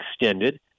extended